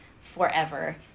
forever